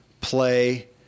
play